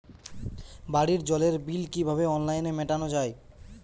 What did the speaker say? বাড়ির জলের বিল কিভাবে অনলাইনে মেটানো যায়?